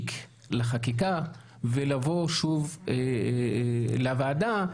מספיק לחקיקה ולבוא שוב לוועדה.